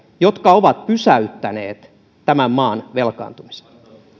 jotka ovat pysäyttäneet tämän maan velkaantumisen